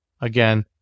again